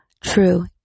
true